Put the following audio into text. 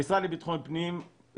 המשרד לביטחון פנים,